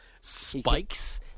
spikes